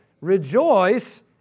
rejoice